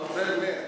אתה רוצה, מאיר?